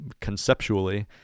conceptually